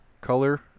color